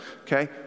Okay